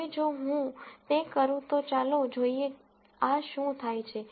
હવે જો હું તે કરું તો ચાલો જોઈએ આ શું થાય છે